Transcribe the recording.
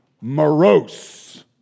morose